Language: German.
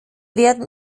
werden